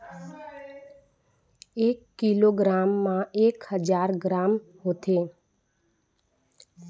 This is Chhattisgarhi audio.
एक किलोग्राम म एक हजार ग्राम होथे